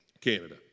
Canada